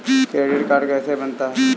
Credit card कैसे बनता है?